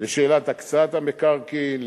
לשאלת הקצאת המקרקעין,